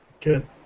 Good